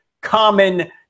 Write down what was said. common